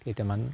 কেইটামান